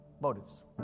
motives